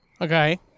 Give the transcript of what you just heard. Okay